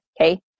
Okay